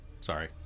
Sorry